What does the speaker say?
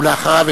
ואחריו,